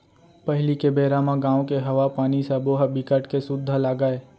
पहिली के बेरा म गाँव के हवा, पानी सबो ह बिकट के सुद्ध लागय